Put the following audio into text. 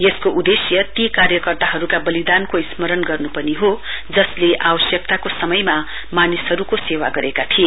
यसको उदेश्य ती कार्य कर्ताहरूका वलिदानको स्मरण गर्न् पनि हो जसले समयमा मानिसहरूको सेवा गरेका थिए